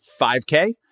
5K